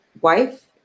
wife